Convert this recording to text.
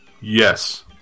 Yes